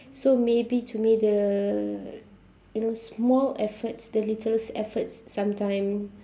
so maybe to me the you know small efforts the littlest efforts sometimes